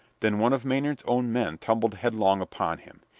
then one of maynard's own men tumbled headlong upon him.